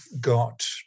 got